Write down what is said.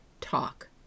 talk